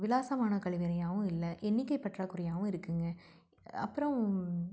விலாசமான கழிவறையாவும் இல்லை எண்ணிக்கை பற்றாக்குறையாகவும் இருக்குதுங்க அப்பறம்